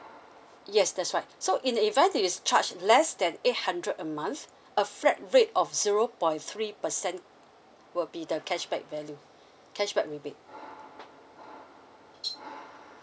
yes that's right so in the event if is charge less than eight hundred a month a flat rate of zero point three percent will be the cashback value cashback rebate